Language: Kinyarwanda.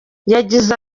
yagize